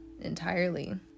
entirely